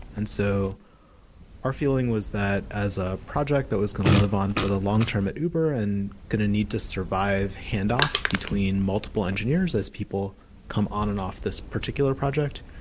and so our feeling was that as a project that was going to live on for the long-term at uber and going to need to survive handoff between multiple engineers as people come on and off this particular project.